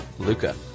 Luca